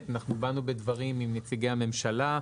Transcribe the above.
אנחנו באנו בדברים עם נציגי הממשלה,